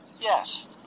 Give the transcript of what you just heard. Yes